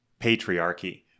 patriarchy